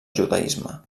judaisme